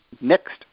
next